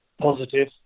positive